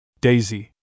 Daisy